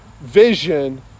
vision